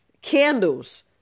candles